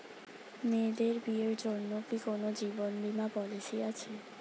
মেয়েদের বিয়ের জন্য কি কোন জীবন বিমা পলিছি আছে?